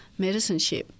medicineship